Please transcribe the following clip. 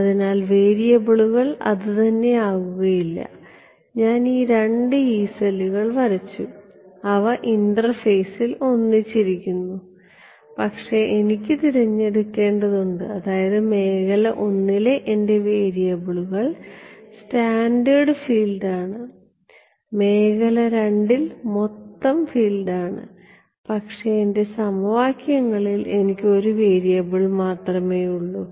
അതിനാൽ വേരിയബിളുകൾ അതുതന്നെ ആകുകയില്ല ഞാൻ ഈ രണ്ട് യീ സെല്ലുകൾ വരച്ചു അവ ഇന്റർഫേസിൽ ഒന്നിച്ചിരിക്കുന്നു പക്ഷേ എനിക്ക് തിരഞ്ഞെടുക്കേണ്ടതുണ്ട് അതായത് മേഖല I ലെ എന്റെ വേരിയബിളുകൾ സ്കാറ്റേർഡ് ഫീൽഡ് ആണ് മേഖല II ൽ മൊത്തം തം ഫീൽഡ് ആണ് പക്ഷേ എന്റെ സമവാക്യങ്ങളിൽ എനിക്ക് ഒരു വേരിയബിൾ മാത്രമേ ഉള്ളൂ